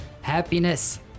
Happiness